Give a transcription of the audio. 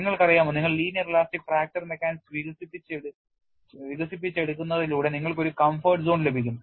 നിങ്ങൾക്കറിയാമോ നിങ്ങൾ linear elastic fracture mechanics വികസിപ്പിച്ചെടുക്കുന്നതിലൂടെ നിങ്ങൾക്ക് ഒരു കംഫർട്ട് സോൺ ലഭിക്കും